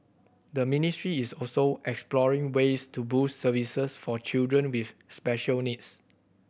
the ministry is also exploring ways to boost services for children with special needs